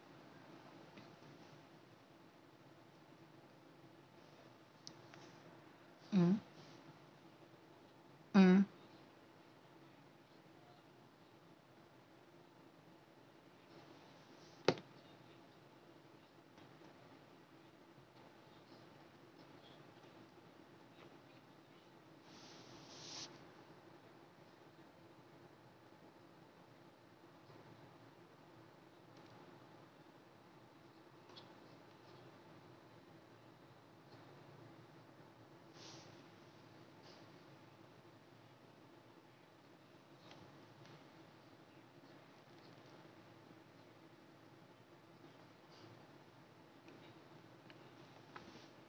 mm mm